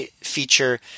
feature